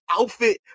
outfit